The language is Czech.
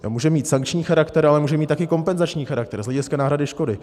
Může mít sankční charakter, ale může mít také kompenzační charakter z hlediska náhrady škody.